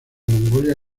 mongolia